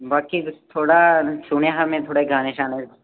बाकी थुआढ़ा सुनेआ हा में थुआढ़े गाने शाने